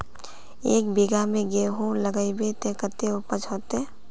एक बिगहा में गेहूम लगाइबे ते कते उपज होते?